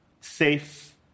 safe